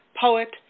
poet